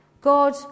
God